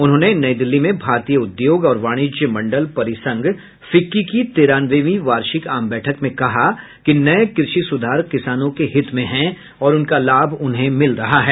उन्होंने नई दिल्ली में भारतीय उद्योग और वाणिज्य मण्डल परिसंघ फिक्की की तिरानवेवीं वार्षिक आम बैठक में कहा कि नये कृषि सुधार किसानों के हित में है और उनका लाभ उन्हें मिल रहा है